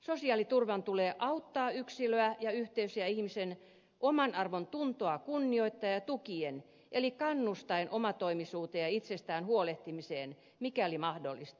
sosiaaliturvan tulee auttaa yksilöä ja yhteisöjä ihmisen omanarvontuntoa kunnioittaen ja tukien eli kannustaen omatoimisuuteen ja itsestään huolehtimiseen mikäli mahdollista